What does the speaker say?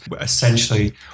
Essentially